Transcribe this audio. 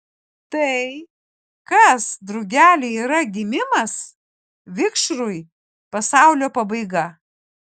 tai kas drugeliui yra gimimas vikšrui pasaulio pabaiga